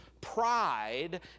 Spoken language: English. pride